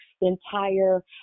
entire